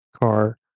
car